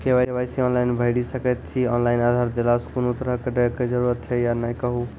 KYC online भैरि सकैत छी, ऑनलाइन आधार देलासॅ कुनू तरहक डरैक जरूरत छै या नै कहू?